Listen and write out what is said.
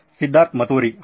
ಸಿದ್ಧಾರ್ಥ್ ಮತುರಿ ಹೌದು